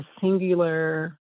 singular